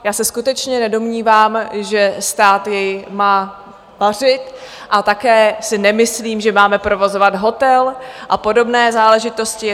Já se skutečně nedomnívám, že stát jej má vařit, a také si nemyslím, že máme provozovat hotel a podobné záležitosti.